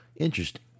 Interesting